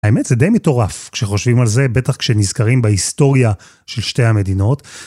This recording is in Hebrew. האמת זה די מטורף כשחושבים על זה, בטח כשנזכרים בהיסטוריה של שתי המדינות.